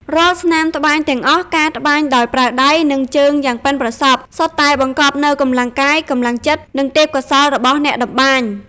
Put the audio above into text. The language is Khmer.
រាល់ស្នាមត្បាញទាំងអស់ការត្បាញដោយប្រើដៃ និងជើងយ៉ាងប៉ិនប្រសប់ សុទ្ធតែបង្កប់នូវកម្លាំងកាយ កម្លាំងចិត្ត និងទេពកោសល្យរបស់អ្នកតម្បាញ។